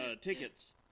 tickets